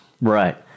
Right